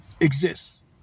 exists